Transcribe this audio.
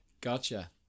Gotcha